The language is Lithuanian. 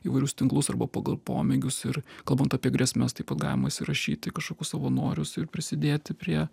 įvairius tinklus arba pagal pomėgius ir kalbant apie grėsmes taip pat galima įsirašyti į kažkokius savanorius ir prisidėti prie